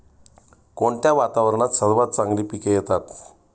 कोणत्या वातावरणात सर्वात चांगली पिके येतात?